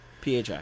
PHI